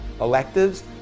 Electives